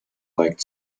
light